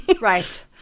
Right